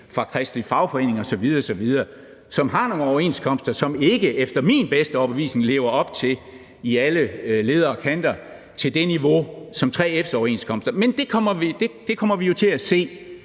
fra Kristelig Fagforening osv. osv., som har nogle overenskomster, som ikke efter min bedste overbevisning i alle leder og kanter lever op til det niveau, som 3F's overenskomster gør. Men det kommer vi jo til at se.